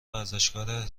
ورزشکاره